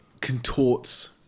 contorts